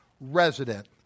resident